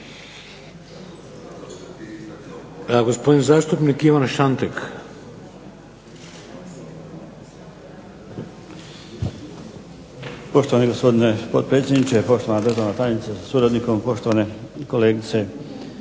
Gospodin zastupnik Ivo Škaričić.